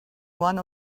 one